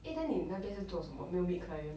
eh then 你那边是做什么没有 meet client